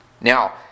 Now